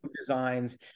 designs